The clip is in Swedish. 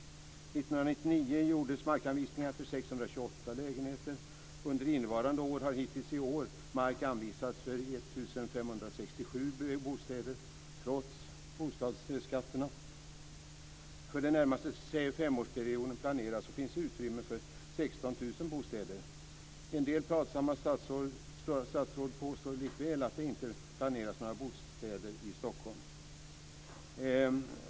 1999 gjordes markanvisningar för 628 lägenheter. Hittills i år har mark anvisats för 1 567 bostäder, trots bostadsskatterna. För den närmaste femårsperioden planeras och finns det utrymme för 16 000 bostäder. En del pratsamma statsråd påstår likväl att det inte planeras några bostäder i Stockholm.